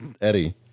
eddie